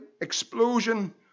explosion